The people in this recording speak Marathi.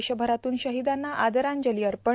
देशभरातून शहिदांना आदरांजली अर्पण